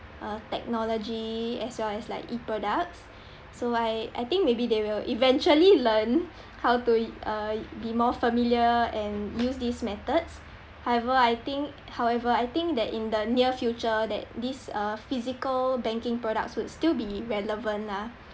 uh technology as well as like E-products so I I think maybe they will eventually learn how to uh be more familiar and use these methods however I think however I think that in the near future that this uh physical banking products would still be relevant lah